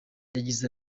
yagize